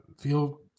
feel